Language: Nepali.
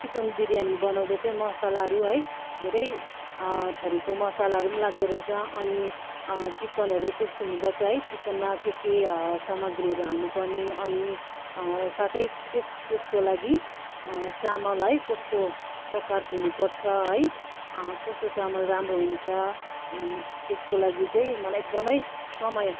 चिकन बिर्यानी बनाउँदा चाहिँ मसलाहरू है धेरै थरीको मसलाहरू लाग्दो रहेछ अनि चिकनहरू कस्तो हुनु पर्छ है चिकनमा के के सामग्रीहरू हाल्नु पर्ने अनि साथै त्यस त्यसको लागि चामल है कस्तो प्रकारको हुनु पर्छ है कस्तो चामल राम्रो हुन्छ त्यसको लागि चाहिँ मलाई एकदम समय